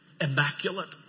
immaculate